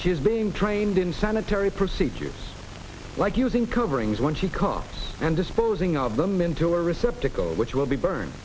she is being trained in sanitary procedures like using coverings when she coughs and disposing of them into a receptacles which will be burn